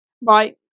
Right